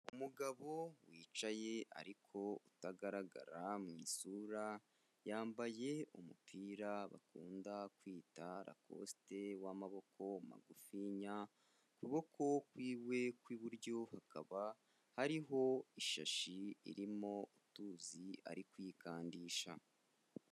Umugabo wicaye ariko utagaragara mu isura, yambaye umupira bakunda kwita rakosite w'amaboko magufinya, ukuboko kwiwe kw'iburyo hakaba hariho ishashi, irimo utuzi ari kwigandisha.